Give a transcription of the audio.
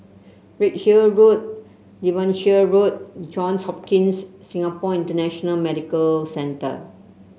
Redhill Road Devonshire Road Johns Hopkins Singapore International Medical Centre